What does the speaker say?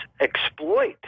exploit